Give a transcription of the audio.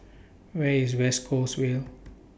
Where IS West Coasts Vale